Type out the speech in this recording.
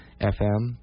FM